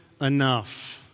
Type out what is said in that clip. enough